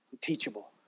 teachable